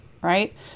right